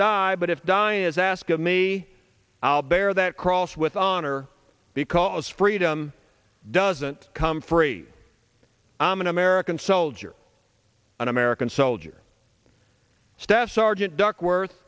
die but if die is ask of me i'll bear that cross with honor because freedom doesn't come free i'm an american soldier an american soldier staff sergeant duckworth